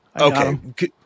okay